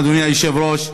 אדוני היושב-ראש,